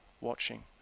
watching